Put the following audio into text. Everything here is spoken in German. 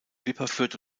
wipperfürth